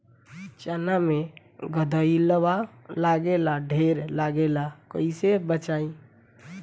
चना मै गधयीलवा लागे ला ढेर लागेला कईसे बचाई?